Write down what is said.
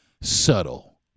subtle